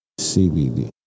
CBD